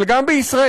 אבל גם בישראל,